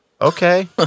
Okay